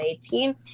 team